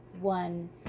one